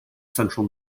central